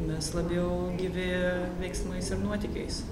mes labiau gyvi veiksmais ir nuotykiais